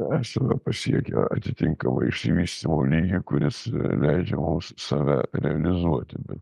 esame pasiekę atitinkamą išsivystymo lygį kuris leidžia mums save realizuoti bet